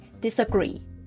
disagree